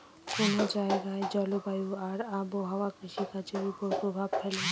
কোন জায়গার জলবায়ু আর আবহাওয়া কৃষিকাজের উপর প্রভাব ফেলে